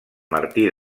martí